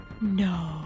No